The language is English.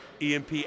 EMP